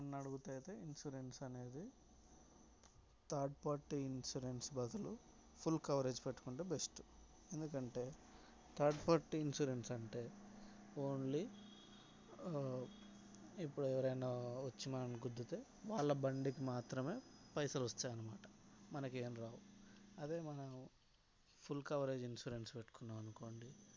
నన్ను అడిగితే అయితే ఇన్సూరెన్స్ అనేది థర్డ్ పార్టీ ఇన్సూరెన్స్ బదులు ఫుల్ కవరేజ్ పెట్టుకుంటే బెస్ట్ ఎందుకంటే థర్డ్ పార్టీ ఇన్సూరెన్స్ అంటే ఓన్లీ ఇప్పుడు ఎవరైనా వచ్చి మనల్ని గుద్దితే వాళ్ల బండికి మాత్రమే పైసలు వస్తాయి అనమాట మనకి ఏమి రావు అదే మనము ఫుల్ కవరేజ్ ఇన్సూరెన్స్ కట్టుకున్నాం అనుకోండి